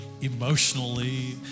emotionally